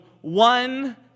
one